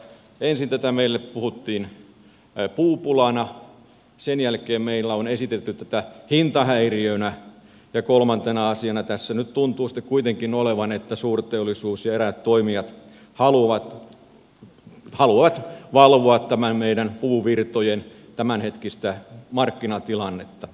ensin tätä meille puhuttiin puupulana sen jälkeen meillä on esitelty tätä hintahäiriönä ja kolmantena asiana tässä tuntuu sitten kuitenkin olevan että suurteollisuus ja eräät toimijat haluavat valvoa meidän puuvirtojen tämänhetkistä markkinatilannetta